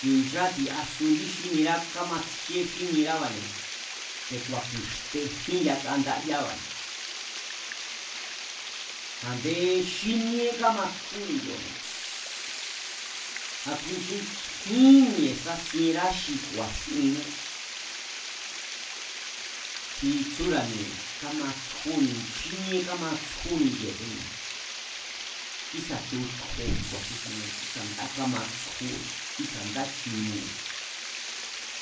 Ku̱i̱ncha tsi̱asu indí xínierá, kámatsjíe xínierába̱ne̱, te̱ku̱a̱ ku̱i̱xtejín yaka ndayába̱ne̱, a̱nde xíníe kámatsjúni kioo̱ne̱, a̱ kui xi nkjín mi̱e̱ sasienrá xi ku̱a̱sinné, xi tsúra̱ mi̱e̱ kamatsúni xíníe kamatsjúni kiee̱ tsú mi̱e̱, kísa̱ tutju xi sín sinne, kísa̱ ndá kamatsjúne̱, kísa̱ nda chiniene̱,